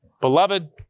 Beloved